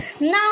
Now